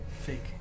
fake